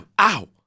ow